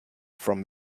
from